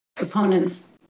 opponents